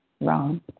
wrong